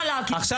חד וחלק אישי.